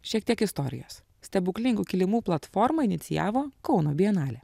šiek tiek istorijos stebuklingų kilimų platformą inicijavo kauno bienalė